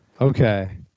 Okay